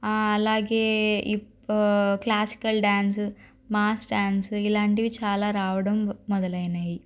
అలాగే hip classical dance mass dance ఇలాంటివి చాలా రావడం మొదలైనాయి